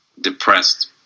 depressed